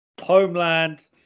Homeland